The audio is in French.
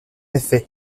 effet